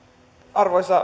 arvoisa